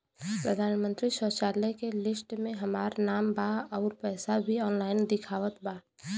प्रधानमंत्री शौचालय के लिस्ट में हमार नाम बा अउर पैसा भी ऑनलाइन दिखावत बा